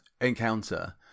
encounter